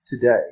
today